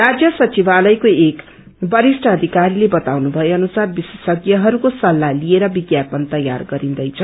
राज्य संविवालयको एक वरिष्ठ अधिकारीले बताउनु भए अनुसार विशेषज्ञहरूको संस्लाह लिएर विज्ञापन तयार गरिन्दैछ